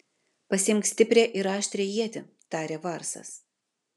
pasiimk stiprią ir aštrią ietį tarė varsas